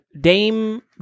Dame